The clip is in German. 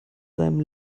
seinem